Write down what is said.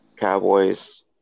Cowboys